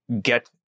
get